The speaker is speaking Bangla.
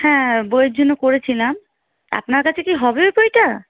হ্যাঁ বইয়ের জন্য করেছিলাম আপনার কাছে কি হবে বইটা